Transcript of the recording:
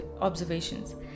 observations